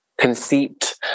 conceit